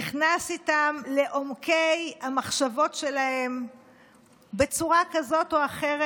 נכנס איתם לעומקי המחשבות שלהם בצורה כזאת או אחרת,